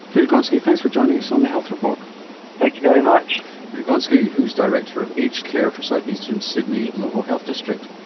peter gonski, thanks for joining us on the health report. thanks very much. peter gonski, who is director of aged care for south eastern sydney local health district